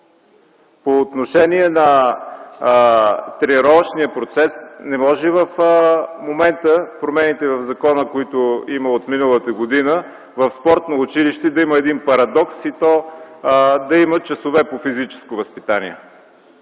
По отношение на тренировъчния процес – не може в момента с промените в закона, които ги има от миналата година, в спортно училище да има един парадокс и то да има часове по физическо възпитание.